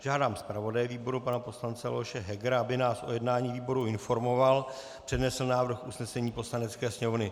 Žádám zpravodaje výboru pana poslance Leoše Hegera, aby nás o jednání výboru informoval, přednesl návrh usnesení Poslanecké sněmovny.